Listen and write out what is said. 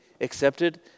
accepted